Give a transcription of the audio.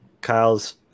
kyle's